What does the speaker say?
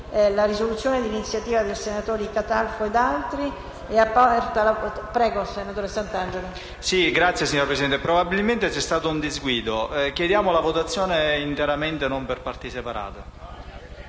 *(M5S)*. Signora Presidente, probabilmente c'è stato un disguido. Chiediamo la votazione per intero e non per parti separate.